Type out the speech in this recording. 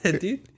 dude